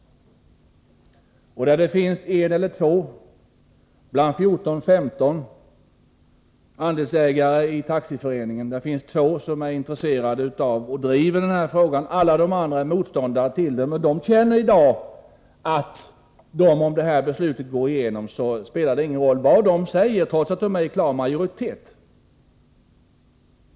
Det är 2 av 14-15 delägare i taxiföreningen som är intresserade av och driver denna fråga. Alla de andra är motståndare till beställningscentral. Men de känner att om majoritetsförslaget i dag går igenom spelar det ingen roll vad de säger, trots att de är i klar majoritet.